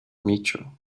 mitchell